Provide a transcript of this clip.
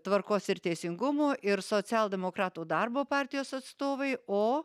tvarkos ir teisingumo ir socialdemokratų darbo partijos atstovai o